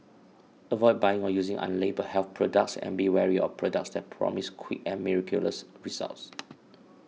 avoid buying or using unlabelled health products and be wary of products that promise quick and miraculous results